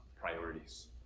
priorities